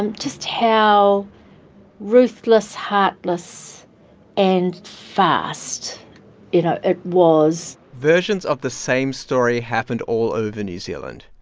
and just how ruthless, heartless and fast it ah it was versions of the same story happened all over new zealand.